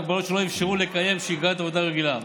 הגבלות שלא אפשרו לקיים שגרת עבודה רגילה.